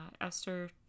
Esther